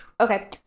okay